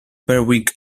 berwick